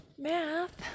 Math